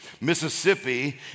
Mississippi